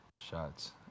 shots